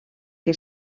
que